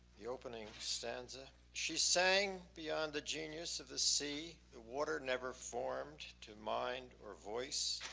the opening stanza. she sang beyond the genius of the sea. the water never formed to mind or voice.